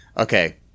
okay